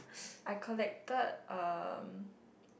I collected uh